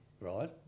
right